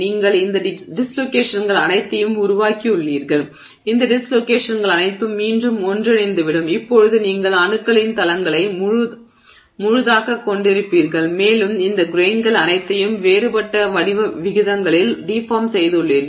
நீங்கள் இந்த டிஸ்லோகேஷன்கள் அனைத்தையும் உருவாக்கியுள்ளீர்கள் அந்த டிஸ்லோகேஷன்கள் அனைத்தும் மீண்டும் ஒன்றிணைந்துவிடும் இப்போது நீங்கள் அணுக்களின் தளங்களை முழுதாகக் கொண்டிருப்பீர்கள் மேலும் இந்த கிரெய்ன்கள் அனைத்தையும் வேறுபட்ட வடிவ விகிதங்களில் டிஃபார்ம் செய்துள்ளீர்கள்